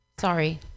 Sorry